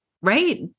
right